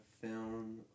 film